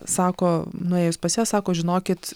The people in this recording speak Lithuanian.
sako nuėjus pas ją sako žinokit